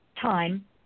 time